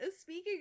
speaking